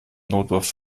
notdurft